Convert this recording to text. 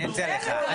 אני אציע לך.